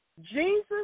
Jesus